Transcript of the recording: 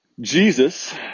Jesus